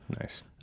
Nice